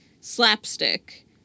slapstick